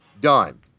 done